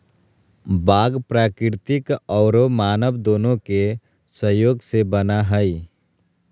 बाग प्राकृतिक औरो मानव दोनों के सहयोग से बना हइ